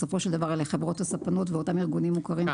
בסופו של דבר אלה חברות הספנות ואותם ארגונים מוכרים.